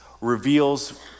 reveals